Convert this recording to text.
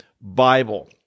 Bible